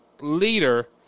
leader